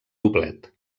doblet